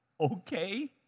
okay